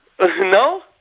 No